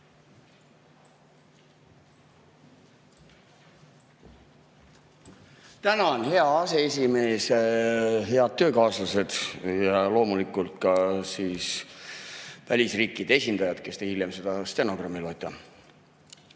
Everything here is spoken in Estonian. Tänan, hea aseesimees! Head töökaaslased ja loomulikult ka välisriikide esindajad, kes te hiljem seda stenogrammi loete!